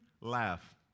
Laugh